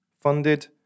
Funded